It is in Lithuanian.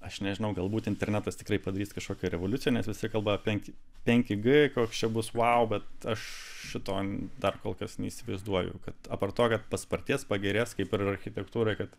aš nežinau galbūt internetas tikrai padarys kažkokią revoliuciją nes visi kalba apie penki penki g koks čia bus vau bet aš šiton dar kol kas neįsivaizduoju kad apart to kad paspartės pagerės kaip ir architektūrai kad